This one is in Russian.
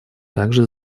также